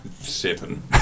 Seven